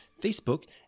Facebook